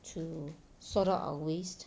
to sort out our waste